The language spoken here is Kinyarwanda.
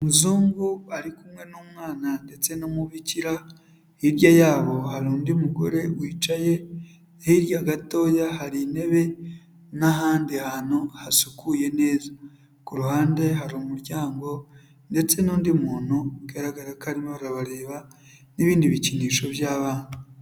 Umuzungu ari kumwe n'umwana ndetse n'umukira, hirya yabo hari undi mugore wicaye, hirya gatoya hari intebe n'ahandi hantu hasukuye neza, ku ruhande hari umuryango ndetse n'undi muntu bigaragara ko arimo arabareba n'ibindi bikinisho by'abana.